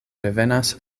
revenas